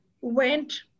went